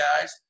guys